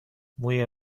موی